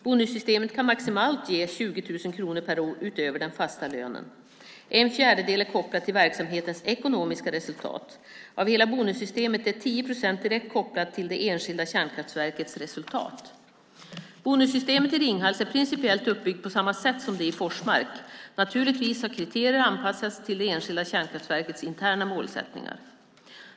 Bonussystemet kan maximalt ge 20 000 kronor per år utöver den fasta lönen. En fjärdedel är kopplad till verksamhetens ekonomiska resultat. Av hela bonussystemet är 10 procent direkt kopplat till det enskilda kärnkraftsverkets resultat. Bonussystemet i Ringhals är principiellt uppbyggt på samma sätt som det i Forsmark. Naturligtvis har kriterier anpassats till det enskilda kärnkraftverkets interna målsättningar.